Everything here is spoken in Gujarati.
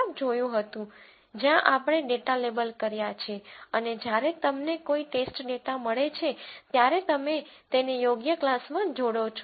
જ્યાં આપણે ડેટા લેબલ કર્યા છે અને જ્યારે તમને કોઈ ટેસ્ટ ડેટા મળે છે ત્યારે તમે તેને યોગ્ય ક્લાસમાં જોડો છો